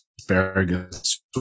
asparagus